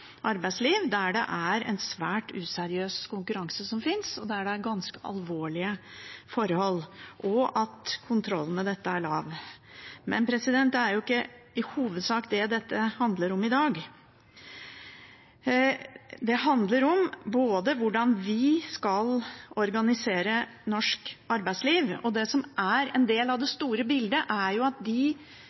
arbeidsliv, der det er en svært useriøs konkurranse som finnes, der det er ganske alvorlige forhold, og der kontrollen med dette er lav. Men det er ikke i hovedsak dette det handler om i dag. Det handler om både hvordan vi skal organisere norsk arbeidsliv, og det som er en del av det store bildet, at i de internasjonale avtalene vi har som regulerer handel og økonomiske interesser, er